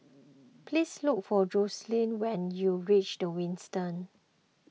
please look for Joslyn when you reach the Windsor